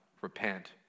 repent